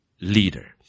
leader